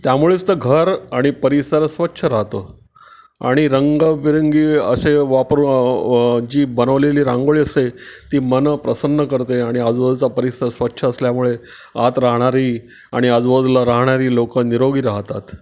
त्यामुळेच तर घर आणि परिसर स्वच्छ राहतो आणि रंगीबेरंगी असे वापर जी बनवलेली रांगोळी असते ती मनं प्रसन्न करते आणि आजूबाजूचा परिसर स्वच्छ असल्यामुळे आत राहणारी आणि आजूबाजूला राहणारी लोक निरोगी राहतात